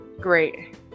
great